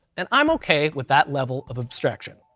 and i'm okay with that level of abstraction.